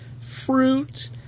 fruit